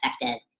effective